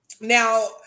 now